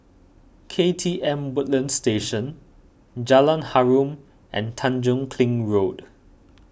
K T M Woodlands Station Jalan Harum and Tanjong Kling Road